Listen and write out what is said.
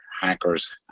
hackers